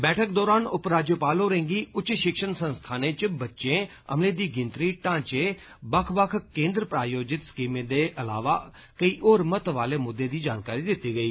बैठक दौरान उप राज्यपाल होरें गी उच्च षिक्षण संस्थानें इच बच्चें अमले दी गिनतरी ढांचे बक्ख बक्ख केन्द्र प्रायोजित स्कीमें दे अलावा केई होर महत्व आहले मुद्दे दी जानकारी दिती गेई